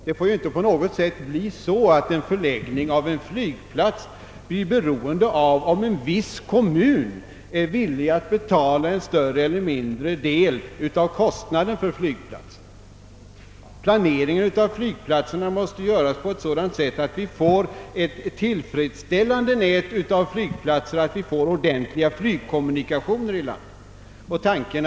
Det får inte på något sätt bli så, att en förläggning av en flygplats blir beroende av om en kommun är villig att betala en större eller mindre del av kostnaderna för flygplatsen. Placeringen av flygplatserna måste göras på ett sådant sätt, att vi får ett tillfredsställande nät av flygplatser och att vi får ordentliga flygkommunikationer i landet.